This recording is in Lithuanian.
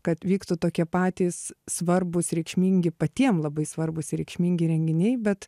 kad vyktų tokie patys svarbūs reikšmingi patiem labai svarbūs ir reikšmingi renginiai bet